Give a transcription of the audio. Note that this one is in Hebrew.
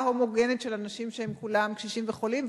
הומוגנית של אנשים שהם כולם קשישים וחולים,